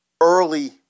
early